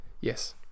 Yes